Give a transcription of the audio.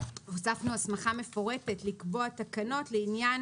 הוספנו הסמכה מפורטת לקבוע תקנות לעניין